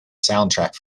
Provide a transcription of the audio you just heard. soundtrack